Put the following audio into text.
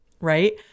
Right